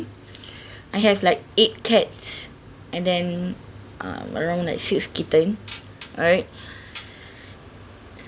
I have like eight cats and then uh around like six kitten alright